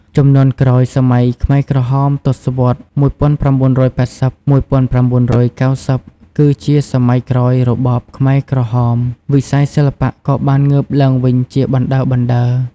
ជំនាន់ក្រោយសម័យខ្មែរក្រហម ទសវត្សរ៍ ១៩៨០-១៩៩០ គឺជាសម័យក្រោយរបបខ្មែរក្រហម វិស័យសិល្បៈក៏បានងើបឡើងវិញជាបណ្តើរៗ។